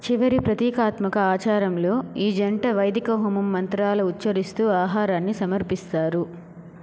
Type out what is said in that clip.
చివరి ప్రతీకాత్మక ఆచారంలో ఈ జంట వైదిక హోమం మంత్రాలు ఉచ్చరిస్తూ ఆహారాన్ని సమర్పిస్తారు